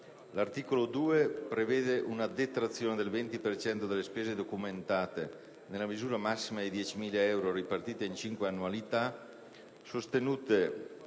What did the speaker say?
L'articolo 2 prevede una detrazione del 20 per cento delle spese documentate, nella misura massima di 10.000 euro ripartita in cinque annualità, sostenute